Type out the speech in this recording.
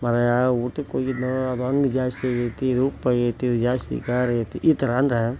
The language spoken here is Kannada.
ಮಾರಾಯಾ ಊಟಕ್ಕೋಗಿದ್ನೋ ಅದು ಹಾಗ್ ಜಾಸ್ತಿ ಆಗೈತಿ ಇದು ಉಪ್ಪಾಗೈತಿ ಇದು ಜಾಸ್ತಿ ಖಾರ ಆಗೈತಿ ಈ ಥರ ಅಂದ್ರೆ